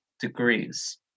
degrees